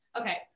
Okay